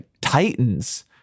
titans